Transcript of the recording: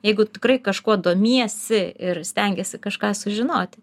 jeigu tikrai kažkuo domiesi ir stengiesi kažką sužinoti